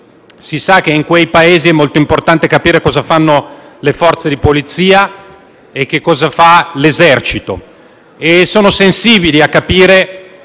Si sa che in quei Paesi è molto importante capire cosa fanno le forze di polizia e che cosa fa l'esercito. Sono altresì sensibili a capire